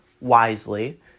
wisely